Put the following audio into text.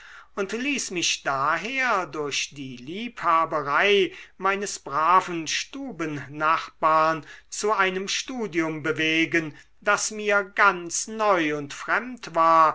und ließ mich daher durch die liebhaberei meines braven stubennachbarn zu einem studium bewegen das mir ganz neu und fremd war